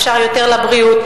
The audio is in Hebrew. אפשר יותר לבריאות.